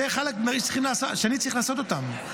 זה חלק מהדברים שאני צריך לעשות אותם,